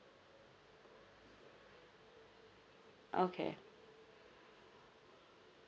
okay